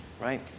Right